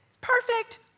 Perfect